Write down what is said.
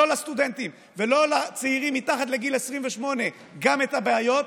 לא לסטודנטים ולא לצעירים מתחת לגיל 28 גם את הבעיות,